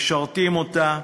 משרתים אותה,